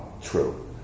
true